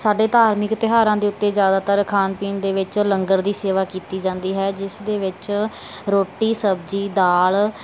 ਸਾਡੇ ਧਾਰਮਿਕ ਤਿਉਹਾਰਾਂ ਦੇ ਉੱਤੇ ਜ਼ਿਆਦਾਤਰ ਖਾਣ ਪੀਣ ਦੇ ਵਿੱਚ ਲੰਗਰ ਦੀ ਸੇਵਾ ਕੀਤੀ ਜਾਂਦੀ ਹੈ ਜਿਸ ਦੇ ਵਿੱਚ ਰੋਟੀ ਸਬਜ਼ੀ ਦਾਲ